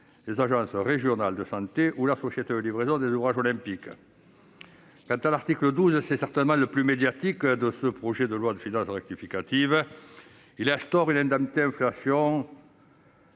des agences régionales de santé ou encore de la Société de livraison des ouvrages olympiques. Quant à l'article 12, certainement le plus médiatique de ce projet de loi de finances rectificative, il instaure une indemnité inflation